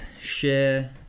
share